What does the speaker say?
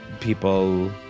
people